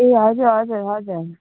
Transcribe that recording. ए हजुर हजुर हजुर